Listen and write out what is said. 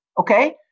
Okay